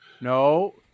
No